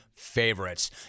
favorites